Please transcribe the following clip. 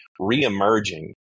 reemerging